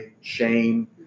shame